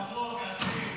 מברוכ, אחי.